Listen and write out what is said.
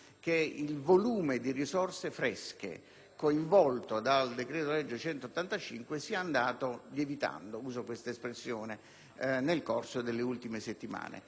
che il volume di risorse fresche coinvolto dal decreto-legge n. 185 sia andato lievitando nel corso delle ultime settimane.